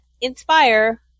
Inspire